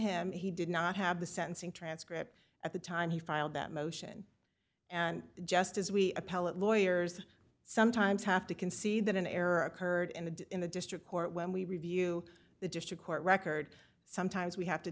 him he did not have the sentencing transcript at the time he filed that motion and just as we appellate lawyers sometimes have to concede that an error occurred in the in the district court when we review the district court record sometimes we have to